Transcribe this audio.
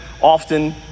often